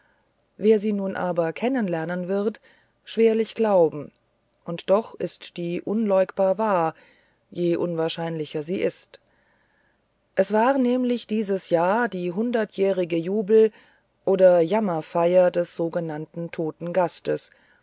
wer sie nun aber kennenlernen wird schwerlich glauben und doch ist die unleugbar wahr je unwahrscheinlicher sie ist es war nämlich dieses jahr die hundertjährige jubel oder jammerfeier des sogenannten toten gastes